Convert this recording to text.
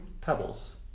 Pebbles